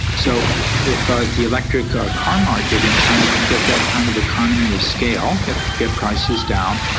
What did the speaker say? so if ah the electric car market in china can get that kind of economy of scale, get get prices down,